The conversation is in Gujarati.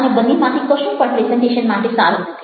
અને બંનેમાંથી કશું પણ પ્રેઝન્ટેશન માટે સારું નથી